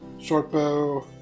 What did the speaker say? shortbow